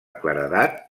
claredat